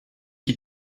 qui